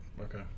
Okay